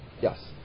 Yes